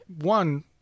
one